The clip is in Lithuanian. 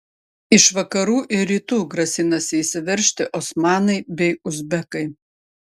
iš vakarų ir rytų grasinasi įsiveržti osmanai bei uzbekai